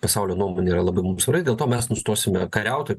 pasaulio nuomonė yra labai mum svari dėl to mes nustosime kariaut